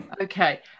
Okay